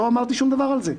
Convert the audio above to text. לא אמרתי שום דבר על זה.